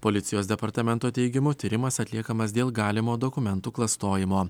policijos departamento teigimu tyrimas atliekamas dėl galimo dokumentų klastojimo